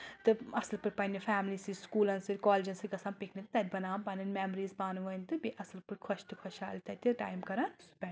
تہٕ اَصٕل پٲٹھۍ پنٕنہِ فیملی سۭتۍ سکوٗلَن سۭتۍ کالجَن سۭتۍ گژھان پِکنِک تَتہِ بَناوان پَنٕنۍ میمریٖز پانہٕ ؤنۍ تہٕ بیٚیہِ اَصٕل پٲٹھۍ خۄش تہٕ خۄش حال تَتہِ ٹایم کَران سُپینڈ